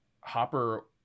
Hopper